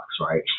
right